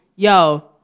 Yo